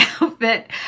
outfit